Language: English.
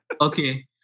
Okay